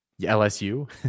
lsu